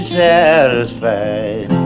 satisfied